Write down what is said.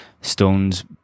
Stones